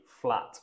flat